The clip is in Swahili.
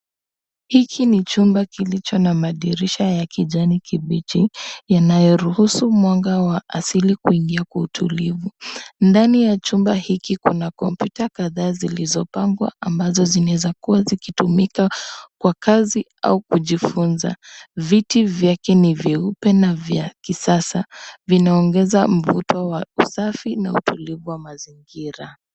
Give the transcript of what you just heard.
Hiki ni chumba kilicho na madirisha ya kijani kibichi yanayo ruhusu mwanga wa asili kuingia kwa utulivu. Ndani ya chumba hiki kuna kompyuta kadhaa zilizopangwa ambazo zinaweza kuwa zikitumika kwa kazi au kujifunza. Viti vyake ni vyeupe na vya kisasa. Vinaongeza mvuto wa usafi na utulivu wa mazingira.